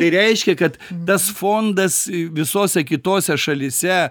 tai reiškia kad tas fondas visose kitose šalyse